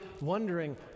wondering